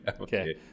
Okay